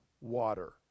water